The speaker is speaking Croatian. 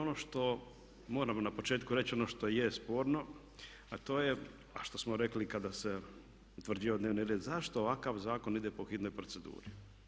Ono što moram na početku reći ono što je sporno, a to je što smo rekli kada se utvrđivao dnevni red zašto ovakav zakon ide po hitnoj proceduri?